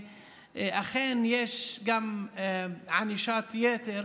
ואכן יש גם ענישת יתר